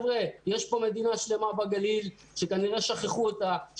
יש פה מדינה שלמה בגליל שכנראה שכחו אותה.